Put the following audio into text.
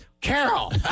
Carol